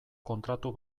kontratu